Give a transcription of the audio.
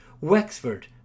Wexford